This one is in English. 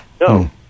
No